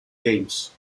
games